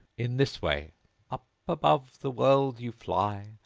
in this way up above the world you fly,